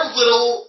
little